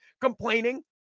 complaining